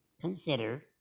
consider